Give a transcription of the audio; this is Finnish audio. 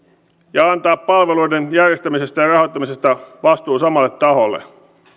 ja antaa palveluiden järjestämisestä ja rahoittamisesta vastuu samalle taholle